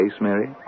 Mary